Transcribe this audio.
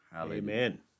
Amen